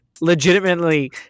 legitimately